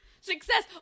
Success